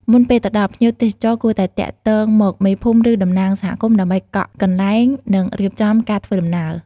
មុនពេលទៅដល់ ភ្ញៀវទេសចរគួរតែទាក់ទងមក មេភូមិ ឬតំណាងសហគមន៍ដើម្បីកក់កន្លែង និងរៀបចំការធ្វើដំណើរ។